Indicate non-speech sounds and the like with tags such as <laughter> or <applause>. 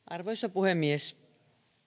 <unintelligible> arvoisa puhemies